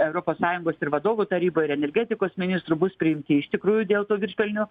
europos sąjungos ir vadovų taryboj ir energetikos ministrų bus priimti iš tikrųjų dėl to viršpelnio